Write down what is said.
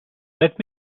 let